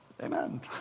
Amen